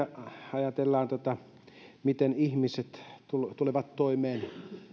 ajatellaan sitä miten ihmiset tulevat toimeen